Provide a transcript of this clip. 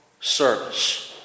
service